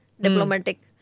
diplomatic